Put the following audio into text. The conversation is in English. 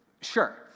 Sure